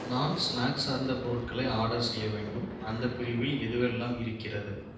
நான் ஸ்நாக்ஸ் சார்ந்த பொருட்களை ஆர்டர் செய்ய வேண்டும் அந்தப் பிரிவில் எதுவெல்லாம் இருக்கிறது